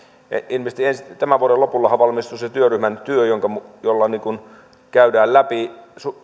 ilmeisesti tämän vuoden lopullahan valmistuu se työryhmän työ jolla käydään läpi